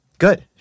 good